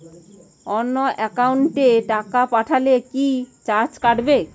অন্য একাউন্টে টাকা পাঠালে কি চার্জ কাটবে?